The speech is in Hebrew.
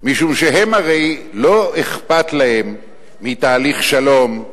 משום שלא אכפת להם מתהליך שלום,